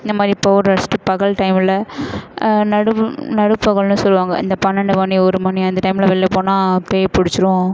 இந்த மாதிரி பவுடர் அடிச்சுட்டு பகல் டைமில் நடு நடுபகல்னு சொல்லுவாங்க இந்த பன்னெண்டு மணி ஒரு மணி அந்த டைமில் வெளில போனால் பேய் பிடிச்சிரும்